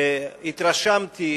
והתרשמתי